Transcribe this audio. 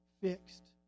fixed